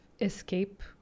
escape